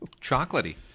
Chocolatey